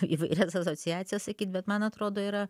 įvairias asociacijas sakyt bet man atrodo yra